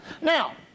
Now